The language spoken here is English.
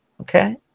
Okay